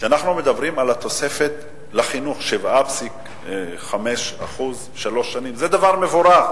על התוספת לחינוך, 7.5% לשלוש שנים, זה דבר מבורך,